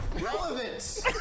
Relevance